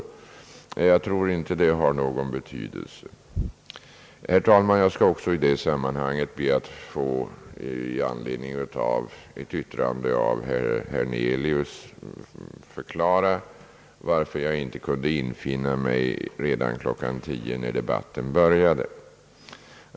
Men jag tror inte att det har någon betydelse. I anledning av ett yttrande av herr Hernelius skall jag kanske också, herr talman, förklara varför jag inte kunde infinna mig redan kl. 10 när debatten började.